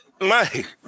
Mike